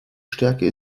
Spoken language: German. stärke